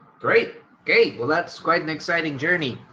great, great, well that's quite an exciting journey.